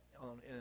on